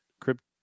crypt